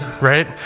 right